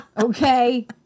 Okay